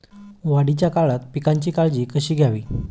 वाढीच्या काळात पिकांची काळजी कशी घ्यावी?